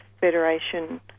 Federation